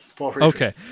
Okay